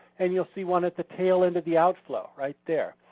and you'll see one at the tail end of the outflow right there.